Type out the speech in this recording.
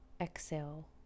exhale